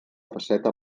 faceta